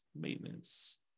Maintenance